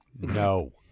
no